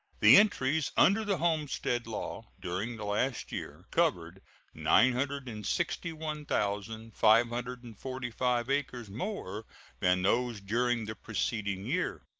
the entries under the homestead law during the last year covered nine hundred and sixty one thousand five hundred and forty five acres more than those during the preceding year.